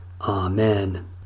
Amen